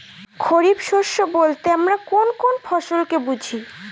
খরিফ শস্য বলতে আমরা কোন কোন ফসল কে বুঝি?